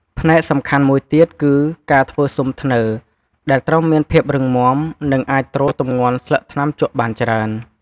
ផ្នែកសំខាន់មួយទៀតគឺ ការធ្វើស៊ុមធ្នើរ ដែលត្រូវមានភាពរឹងមាំ និងអាចទ្រទម្ងន់ស្លឹកថ្នាំជក់បានច្រើន។